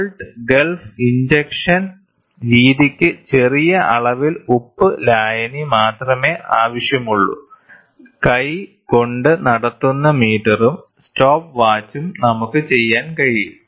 salt gulf injection രീതിക്ക് ചെറിയ അളവിൽ ഉപ്പ് ലായനി മാത്രമേ ആവശ്യമുള്ളൂ കൈകൊണ്ട് നടത്തുന്ന മീറ്ററും സ്റ്റോപ്പ് വാച്ചും നമുക്ക് ചെയ്യാൻ കഴിയും